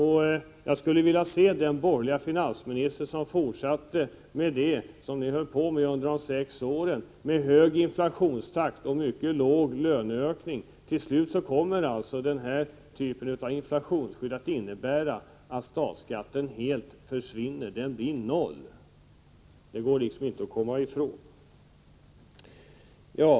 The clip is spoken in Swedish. Jag skulle vilja se den borgerliga finansminister som fortsatte med det som ni höll på med under de sex åren, med hög inflationstakt och mycket låga löneökningar. Den typen av inflationsskydd kommer till slut att innebära att statskatten försvinner helt, blir noll. Det går inte att komma ifrån detta.